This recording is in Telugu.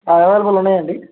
అవైలబుల్ ఉన్నాయండి